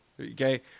Okay